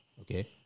okay